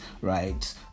right